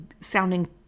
sounding